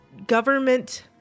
Government